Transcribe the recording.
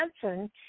Johnson